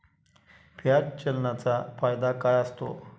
Fiat चलनाचा फायदा काय असतो?